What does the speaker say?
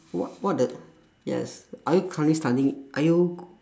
what what the yes are you currently studying are you